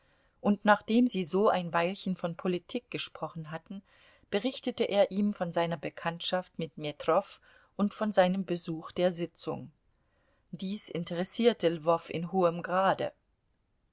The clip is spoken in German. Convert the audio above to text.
und nachdem sie so ein weilchen von politik gesprochen hatten berichtete er ihm von seiner bekanntschaft mit metrow und von seinem besuch der sitzung dies interessierte lwow in hohem grade